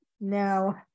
Now